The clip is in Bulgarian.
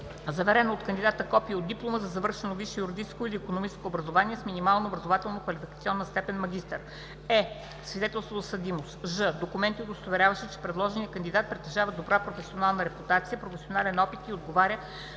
заверено от кандидата копие от диплома за завършено висше юридическо или икономическо образование с минимална образователно-квалификационна степен „магистър“; е) свидетелство за съдимост; ж) документи, удостоверяващи, че предложеният кандидат притежава добра професионална репутация, професионален опит и отговаря